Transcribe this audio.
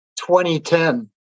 2010